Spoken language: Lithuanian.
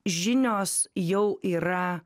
žinios jau yra